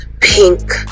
pink